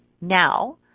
now